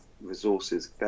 resources